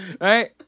Right